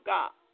God